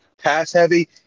pass-heavy